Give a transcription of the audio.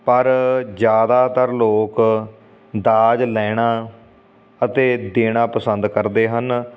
ਪਰ ਜ਼ਿਆਦਾਤਰ ਲੋਕ ਦਾਜ ਲੈਣਾ ਅਤੇ ਦੇਣਾ ਪਸੰਦ ਕਰਦੇ ਹਨ